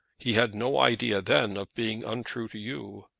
he had no idea then of being untrue to you.